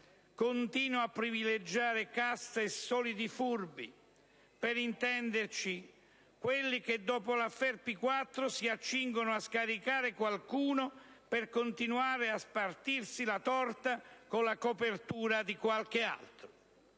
continua a privilegiare cassa e soliti furbi, per intenderci quelli che dopo l'*affaire* P4 si accingono a scaricare qualcuno per continuare a spartirsi la torta con la copertura di qualche altro.